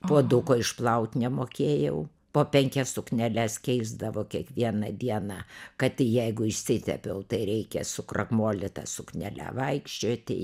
puoduko išplaut nemokėjau po penkias sukneles keisdavo kiekvieną dieną kad jeigu išsitepiau tai reikia su krakmolyta suknele vaikščioti